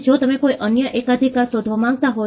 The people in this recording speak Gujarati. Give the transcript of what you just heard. તેથી તેમની વિનંતીને ધ્યાનમાં લેતા